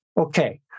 okay